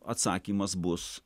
atsakymas bus